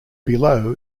below